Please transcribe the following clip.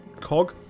Cog